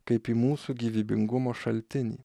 kaip į mūsų gyvybingumo šaltinį